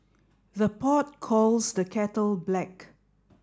the pot calls the kettle black